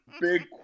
big